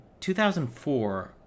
2004